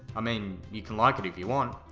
i mean, you can like it if you want,